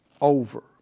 over